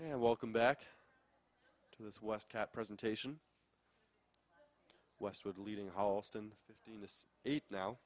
and welcome back to this west capped presentation westwood leading halston fifteen this eight now